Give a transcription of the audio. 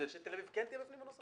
שתל אביב כן תהיה בפנים בנוסח?